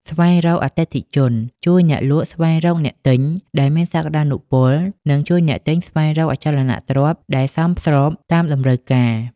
ស្វែងរកអតិថិជន ជួយអ្នកលក់ស្វែងរកអ្នកទិញដែលមានសក្តានុពល និងជួយអ្នកទិញស្វែងរកអចលនទ្រព្យដែលសមស្របតាមតម្រូវការ។